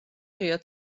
ღია